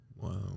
Wow